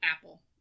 apple